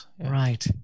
Right